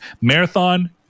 Marathon